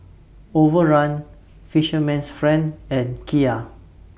Overrun Fisherman's Friend and Kia